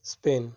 Spain